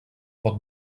pot